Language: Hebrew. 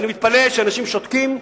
ואני מתפלא שאנשים שותקים.